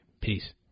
Peace